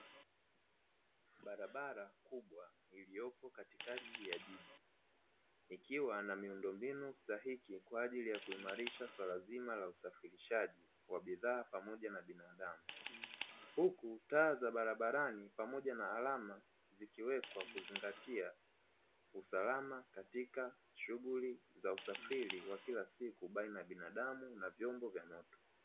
Barabara kubwa iliyopo katikati ya jiji, ikiwa na miundombinu stahiki kwa ajili ya kuimarisha swala zima la usafirishaji wa bidhaa pamoja na binadamu. Huku taa za barabarani pamoja na alama zikiwekwa kuzingatia usalama katika shughuli za usafiri wa kila siku baina ya binadamu na vyombo vya moto.